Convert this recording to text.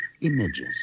images